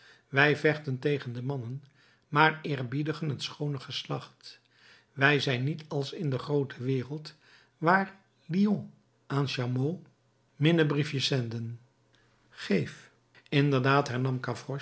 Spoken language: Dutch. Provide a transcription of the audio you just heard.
wij vechten tegen de mannen maar eerbiedigen het schoone geslacht wij zijn niet als in de groote wereld waar lions aan chameaux minnebriefjes zenden geef inderdaad hernam